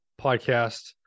podcast